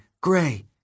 Gray